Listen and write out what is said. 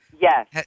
Yes